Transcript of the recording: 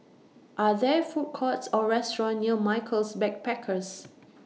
Are There Food Courts Or restaurants near Michaels Backpackers